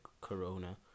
corona